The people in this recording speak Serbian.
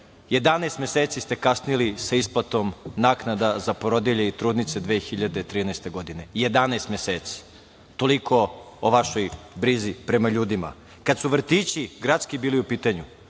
meseci ste kasnili sa isplatom naknada za porodilje i trudnice 2013. godine, 11 meseci. Toliko o vašoj brizi prema ljudima. Kada su vrtići gradski bili u pitanju,